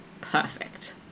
perfect